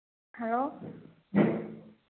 hello